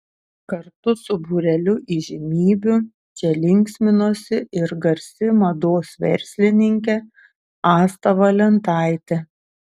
kartu su būreliu įžymybių čia linksminosi ir garsi mados verslininkė asta valentaitė